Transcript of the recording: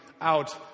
out